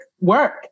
work